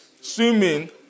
Swimming